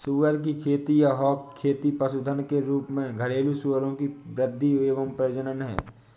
सुअर की खेती या हॉग खेती पशुधन के रूप में घरेलू सूअरों की वृद्धि और प्रजनन है